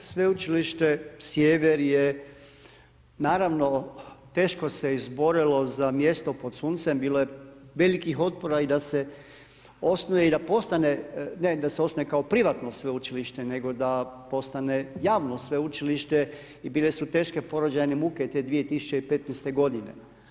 Sveučilište Sjever je naravno teško se izborilo za mjesto pod suncem, bilo je velikih otpora i da se osnuje i da postane, ne da se osnuje kao privatno sveučilište, nego da postane javno sveučilište i bile su teške porođajne muke te 2015. godine.